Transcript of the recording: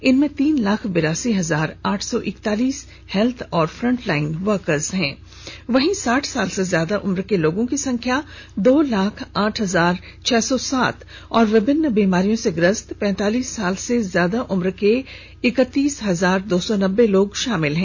इनमें तीन लाख बिरासी हजार आठ सौ इक्तालीस हेत्थ और फ्रंटलाईन वर्कर्स हैं वहीं साठ साल से ज्यादा उम्र के लोगों की संख्या दो लाख आठ हजार छह सौ सात और विभिन्न बीमारियों से ग्रसित पैंतालीस साल से ज्यादा उम्र के इकतीस हजार दो सौ नब्बे लोग शामिल हैं